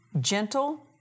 gentle